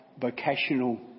vocational